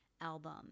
album